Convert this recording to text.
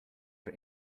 for